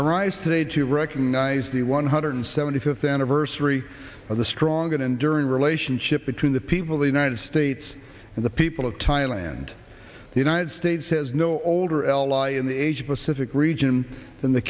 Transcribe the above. arise today to recognize the one hundred seventy fifth anniversary of the strong and enduring relationship between the people the united states and the people of thailand the united states has no older l i in the asia pacific region than the